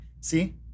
See